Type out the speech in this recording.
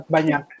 Banyak